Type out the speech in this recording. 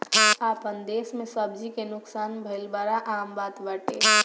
आपन देस में सब्जी के नुकसान भइल बड़ा आम बात बाटे